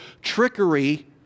trickery